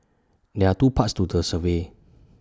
there are two parts to the survey